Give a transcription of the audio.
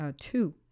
Two